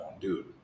dude